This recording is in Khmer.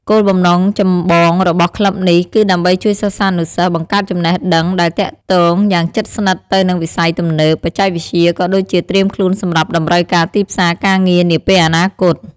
គោលបំណងចម្បងរបស់ក្លឹបនេះ គឺដើម្បីជួយសិស្សានុសិស្សបង្កើតចំណេះដឹងដែលទាក់ទងយ៉ាងជិតស្និទ្ធទៅនឹងវិស័យទំនើប បច្ចេកវិទ្យា ក៏ដូចជាត្រៀមខ្លួនសម្រាប់តម្រូវការទីផ្សារការងារនាពេលអនាគត។